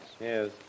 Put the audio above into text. Yes